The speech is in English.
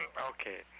Okay